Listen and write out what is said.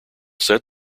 said